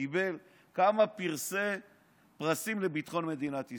הוא קיבל כמה פרסים על ביטחון מדינת ישראל.